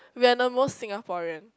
we are the most Singaporean